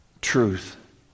truth